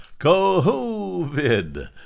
COVID